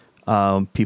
People